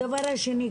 הדבר השני,